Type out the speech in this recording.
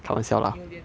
你有脸吗